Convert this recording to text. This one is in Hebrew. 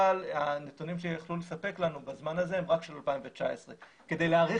אבל הנתונים שהם יכלו לספק לנו בזמן הזה הם רק של 2019. רק שתדע